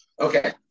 Okay